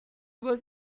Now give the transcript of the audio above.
was